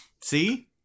See